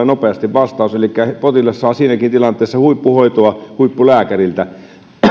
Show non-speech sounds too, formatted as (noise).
(unintelligible) nopeasti vastaus elikkä potilas saa siinäkin tilanteessa huippuhoitoa huippulääkäriltä